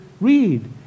read